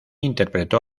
interpretó